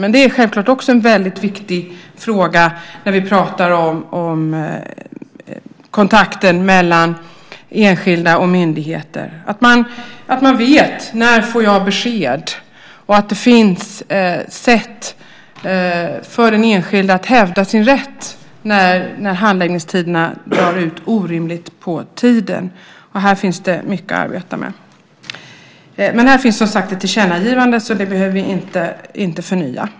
Men det är självklart också en väldigt viktig fråga när vi pratar om kontakten mellan enskilda och myndigheter att man vet när man får besked och att det finns sätt för den enskilde att hävda sin rätt när handläggningstiderna drar ut orimligt på tiden. Här finns det mycket att arbeta med. Här finns det som sagt ett tillkännagivande, så det behöver vi inte förnya.